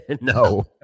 No